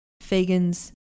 Fagan's